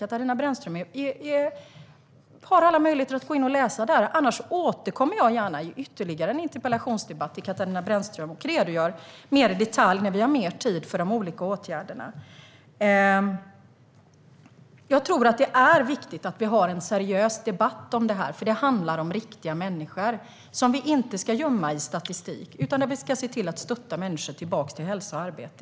Katarina Brännström har alla möjligheter att läsa där. Annars återkommer jag gärna till Katarina Brännström i ytterligare en interpellationsdebatt och redogör mer i detalj för de olika åtgärderna när vi har mer tid. Jag tror att det är viktigt att vi har en seriös debatt om detta, för det handlar om riktiga människor som vi inte ska gömma i statistik. Vi ska se till att stötta människor tillbaka till hälsa och arbete.